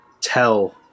tell